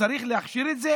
צריך להכשיר את זה,